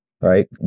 right